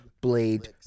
Blade